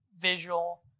visual